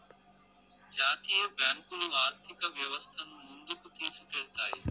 జాతీయ బ్యాంకులు ఆర్థిక వ్యవస్థను ముందుకు తీసుకెళ్తాయి